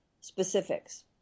specifics